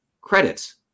credits